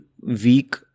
week